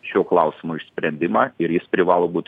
šio klausimo išsprendimą ir jis privalo būt